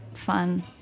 fun